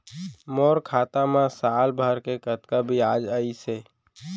मोर खाता मा साल भर के कतका बियाज अइसे?